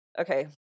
Okay